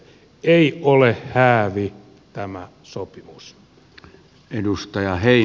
ei ole häävi tämä sopimus